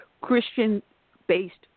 Christian-based